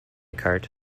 cart